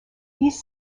these